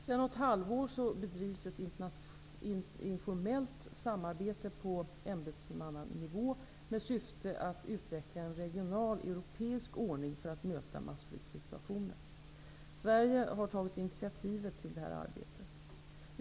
Sedan något halvår bedrivs ett informellt samarbete på ämbetsmannanivå med syfte att utveckla en regional europeisk ordning för att möta massflyktssituationer. Sverige har tagit initiativet till detta arbete.